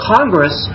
Congress